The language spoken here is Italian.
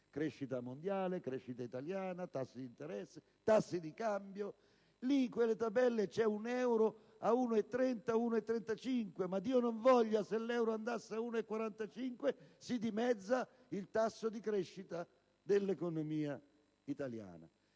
crescita mondiale, crescita italiana, tassi di interesse, tassi di cambio. Lì, in quelle tabelle, c'è un euro a 1,30 e a 1,35, ma Dio non voglia che l'euro vada a 1,45, perché si dimezzerebbe il tasso di crescita dell'economia italiana.